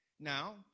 Now